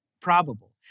probable